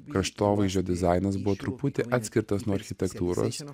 kraštovaizdžio dizainas buvo truputį atskirtas nuo architektūros